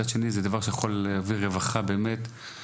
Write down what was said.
וזה באמת דבר שיכול להביא רווחה ובטיחות